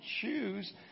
choose